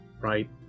right